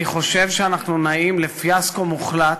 אני חושב שאנחנו נעים לפיאסקו מוחלט,